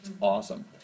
Awesome